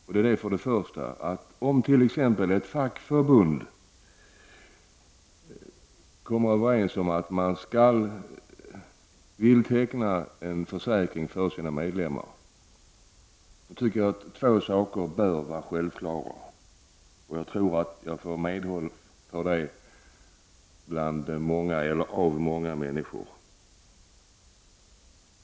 Först och främst vill jag säga att om man inom ett fackförbund kommer överens om att man skall teckna en försäkring för sina medlemmar, bör två saker vara självklara, och jag tror att jag får medhåll av många människor.